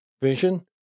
vision